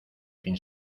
sin